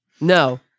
No